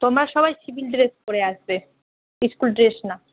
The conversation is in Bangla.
তোমরা সবাই সিভিল ড্রেস পরে আসবে স্কুল ড্রেস না